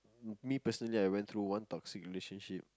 me personally I went through one toxic relationship